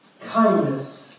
kindness